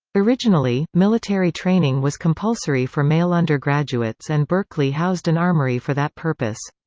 originally, military training was compulsory for male undergraduates and berkeley housed an armory for that purpose.